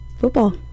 football